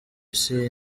isi